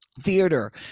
theater